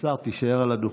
תודה רבה.